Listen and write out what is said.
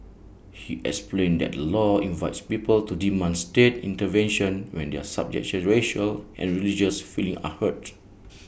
he explained that the law invites people to demand state intervention when their subjective racial and religious feelings are hurt